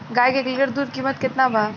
गाय के एक लीटर दूध कीमत केतना बा?